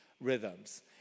rhythms